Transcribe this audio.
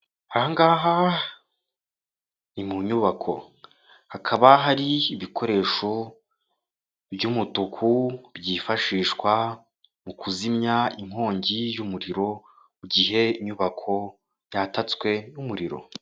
Aha ngaha ni mu nyubako hakaba hari ibikoresho by'umutuku byifashishwa mu kuzimya inkongi y'umuriro mu gihe inyubako yatatswe n'umuriro.